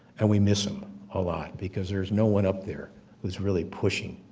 and we miss him a lot because there's no one up there who's really pushing,